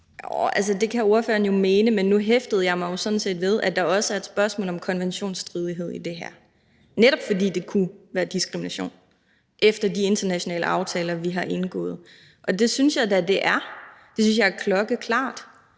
det kan ordføreren jo mene, men nu hæftede jeg mig sådan set ved, at der også er et spørgsmål om konventionsstridighed i det her, netop fordi det kunne være diskrimination efter de internationale aftaler, vi har indgået. Og det synes jeg da det er – det synes jeg er klokkeklart.